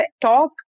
talk